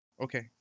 Okay